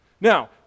Now